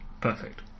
Perfect